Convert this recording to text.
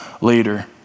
later